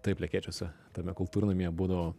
taip lekėčiuose tame kultūrnamyje būdavo